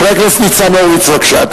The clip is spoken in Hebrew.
חבר הכנסת ניצן הורוביץ, בבקשה,